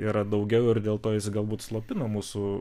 yra daugiau ir dėl to jis galbūt slopina mūsų